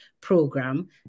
program